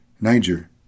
Niger